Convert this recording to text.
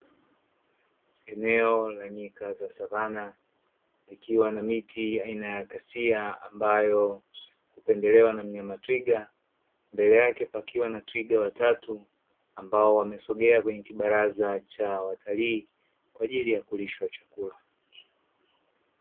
eneo la nyika ya savanna ikiwa na miti aina ya kasia ambayo hupendelewa na mnyama twiga mbele yake pakiwa na twiga watatu ambao wamesogea kwenye kibaraza cha watalii kwa ajuku ya kulishwa chakula.